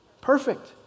Perfect